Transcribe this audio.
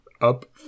up